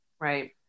Right